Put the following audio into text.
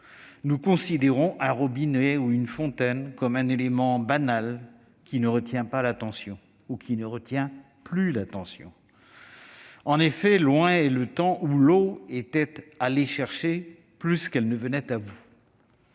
Nous considérons un robinet ou une fontaine comme un élément banal qui ne retient plus l'attention. En effet, loin est le temps où l'eau était à aller chercher plus qu'elle ne venait pas à nous.